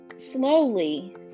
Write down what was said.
Slowly